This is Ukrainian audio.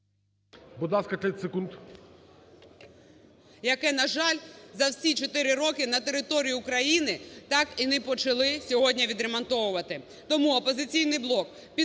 ...яке, на жаль, за всі 4 роки на території України так і не почали сьогодні відремонтовувати. Тому "Опозиційний блок" підтримує